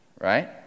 Right